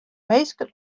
minsken